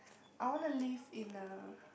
I want to live in a